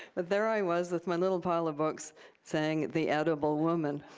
but there i was with my little pile of books saying the edible woman.